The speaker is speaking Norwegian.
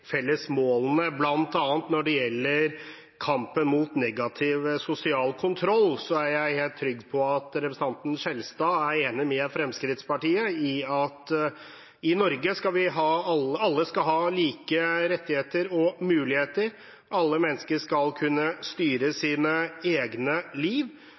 felles målene. Blant annet når det gjelder kampen mot negativ sosial kontroll, er jeg trygg på at representanten Skjelstad er enig med Fremskrittspartiet i at alle i Norge skal ha like rettigheter og muligheter, og at alle mennesker skal kunne styre sitt eget liv.